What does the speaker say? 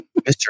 Mr